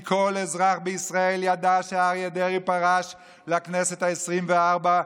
כי כל אזרח בישראל ידע שאריה דרעי פרש מהכנסת העשרים-וארבע,